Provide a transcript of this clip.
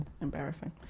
embarrassing